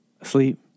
asleep